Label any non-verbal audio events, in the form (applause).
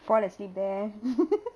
fall asleep there (noise)